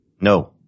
No